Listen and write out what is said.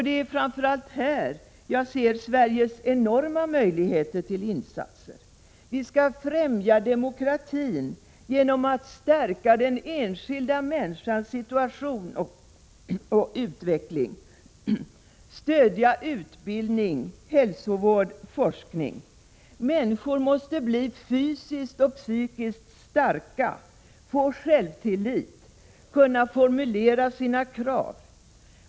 Det är framför allt här som jag ser Sveriges enorma möjligheter till insatser. Vi skall främja demokratin genom att stärka den enskilda människans situation och utveckling. Stödja utbildning, hälsovård och forskning. Människor måste bli fysiskt och psykiskt starka, få självtillit och kunna formulera sina krav.